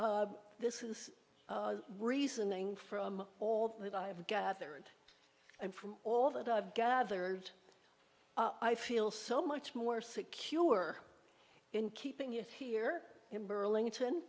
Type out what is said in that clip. because this is reasoning from all that i have gathered and from all that i've gathered i feel so much more secure in keeping it here in burlington